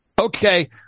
Okay